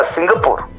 Singapore